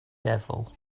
devil